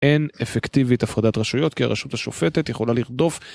אין אפקטיבית הפרדת רשויות כי הרשות השופטת יכולה לרדוף